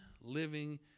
living